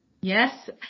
Yes